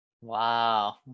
Wow